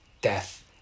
death